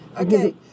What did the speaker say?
okay